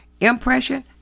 Impression